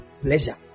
pleasure